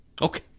Okay